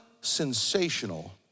sensational